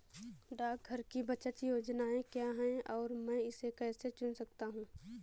डाकघर की बचत योजनाएँ क्या हैं और मैं इसे कैसे चुन सकता हूँ?